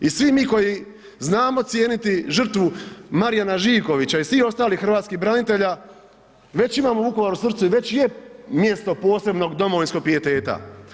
I svi mi koji znamo cijeniti žrtvu Marijana Žiljkovića i svih ostalih hrvatskih branitelja, već imamo Vukovar u srcu i već je mjesto posebnog domovinskog pijeteta.